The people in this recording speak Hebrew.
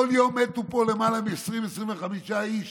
כל יום מתו פה למעלה מ-20,25 איש